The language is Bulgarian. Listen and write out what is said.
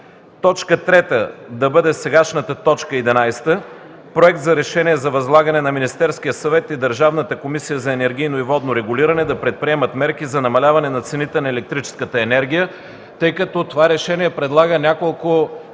Точка трета да бъде сегашната точка единадесета – Проект за решение за възлагане на Министерския съвет и Държавната комисия за енергийно и водно регулиране да предприемат мерки за намаляване на цените на електрическата енергия, тъй като това проекторешение предлага няколко